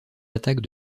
attaques